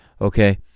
okay